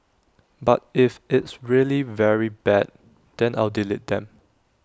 but if it's really very bad then I'll delete them